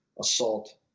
assault